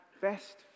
best